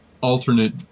alternate